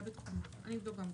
גם אני אבדוק.